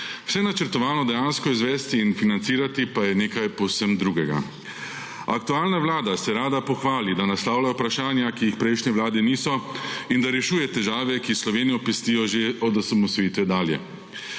Vse načrtovano dejansko izvesti in financirati pa je nekaj povsem drugega. Aktualna vlada se rada pohvali, da naslavlja vprašanja, ki jih prejšnje vlade niso in da rešuje težave, ki Slovenijo pestijo že od osamosvojitve dalje.